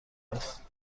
است